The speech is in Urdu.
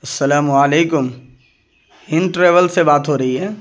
السّلام علیکم ہند ٹریول سے بات ہو رہی ہے